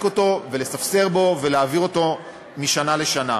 אותו ולספסר בו ולהעביר אותו משנה לשנה.